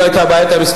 הביתה.